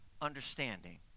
understanding